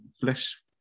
flesh